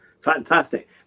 Fantastic